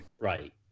right